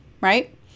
right